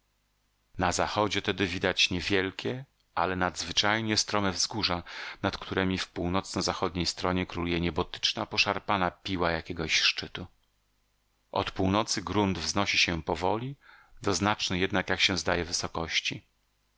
na zachodzie tedy widać niewielkie ale nadzwyczajnie strome wzgórza nad któremi w północno-zachodniej stronie króluje niebotyczna poszarpana piła jakiegoś szczytu od północy grunt wznosi się powoli do znacznej jednak jak się zdaje wysokości